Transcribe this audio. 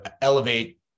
elevate